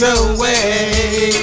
away